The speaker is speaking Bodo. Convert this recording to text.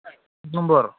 एक नम्बर